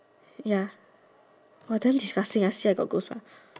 ya !wah! damn disgusting I see I got goosebumps